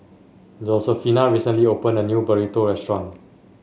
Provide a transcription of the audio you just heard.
Josefina recently opened a new Burrito Restaurant